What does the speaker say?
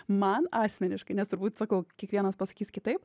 man asmeniškai nes turbūt sakau kiekvienas pasakys kitaip